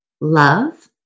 love